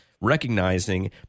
recognizing